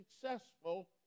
successful